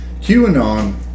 QAnon